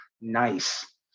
nice